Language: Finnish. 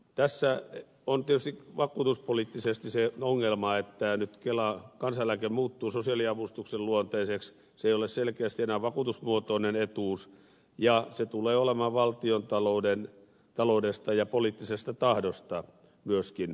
tässä on tietysti vakuutuspoliittisesti se ongelma että nyt kansaneläke muuttuu sosiaaliavustuksen luonteiseksi se ei ole selkeästi enää vakuutusluontoinen etuus ja se tulee olemaan valtiontaloudesta ja poliittisesta tahdosta myöskin riippuvainen